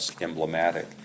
emblematic